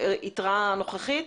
יתרה נוכחית?